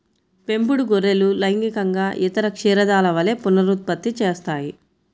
పెంపుడు గొర్రెలు లైంగికంగా ఇతర క్షీరదాల వలె పునరుత్పత్తి చేస్తాయి